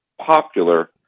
popular